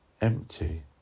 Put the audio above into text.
empty